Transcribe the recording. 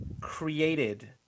created